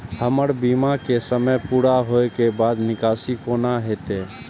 हमर बीमा के समय पुरा होय के बाद निकासी कोना हेतै?